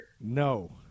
No